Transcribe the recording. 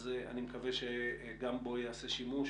אז אני מקווה שגם בו ייעשה שימוש.